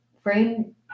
frame